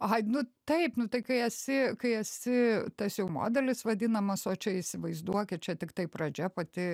ai nu taip nu tai kai esi kai esi tas jau modelis vadinamas o čia vaizduokit čia tiktai pradžia pati